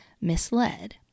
misled